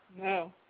No